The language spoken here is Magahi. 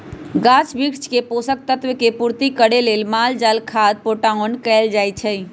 गाछ वृक्ष के पोषक तत्व के पूर्ति करे लेल माल जाल खाद पटाओन कएल जाए छै